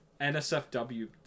NSFW